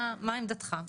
מה עמדתך?